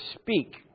speak